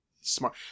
smart